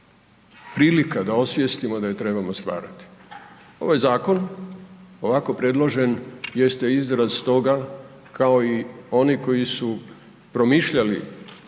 prilika da osvijestimo da je trebamo stvarati. Ovaj zakon ovako predložen jeste izraz toga kao i oni koji su promišljali